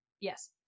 Yes